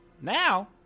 Now